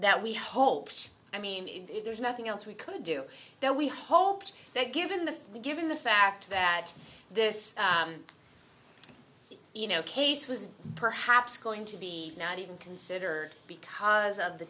that we hope i mean if there's nothing else we could do then we hoped that given the given the fact that this you know case was perhaps going to be not even consider because of the